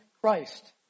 Christ